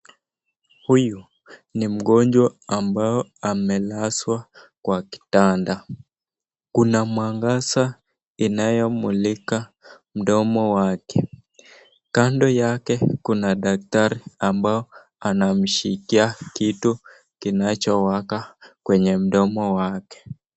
Huyu ni mjonjwa ambaye amelazwa kwa kitanda .Kuna mwangaza inayomlika mdomo yake. Kando yake kuna daktari ambaye anamshikia kitu kinachowaka kwenye mdomo wake.